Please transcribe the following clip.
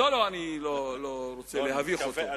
לא, אני לא רוצה להביך אותו.